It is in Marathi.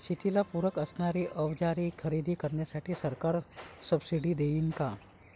शेतीला पूरक असणारी अवजारे खरेदी करण्यासाठी सरकार सब्सिडी देईन का?